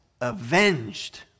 avenged